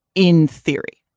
in theory.